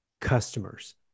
customers